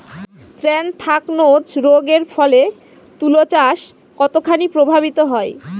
Anthracnose রোগ এর ফলে তুলাচাষ কতখানি প্রভাবিত হয়?